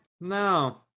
No